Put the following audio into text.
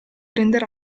renderà